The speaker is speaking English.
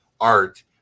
art